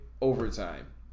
overtime